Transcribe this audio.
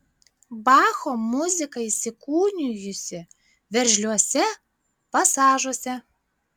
bacho muzika įsikūnijusi veržliuose pasažuose